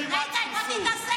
תתעסק ברפורמה,